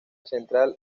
central